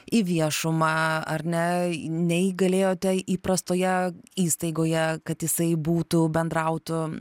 į viešumą ar ne nei galėjote įprastoje įstaigoje kad jisai būtų bendrautų